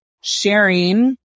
sharing